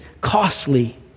costly